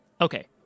okay